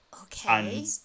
Okay